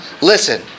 listen